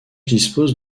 dispose